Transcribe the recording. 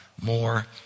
more